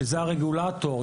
שזה הרגולטור.